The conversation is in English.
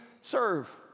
serve